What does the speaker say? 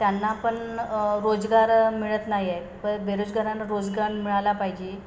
त्यांना पण रोजगार मिळत नाही आहे प बेरोजगारांना रोजगार मिळाला पाहिजे